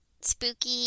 spooky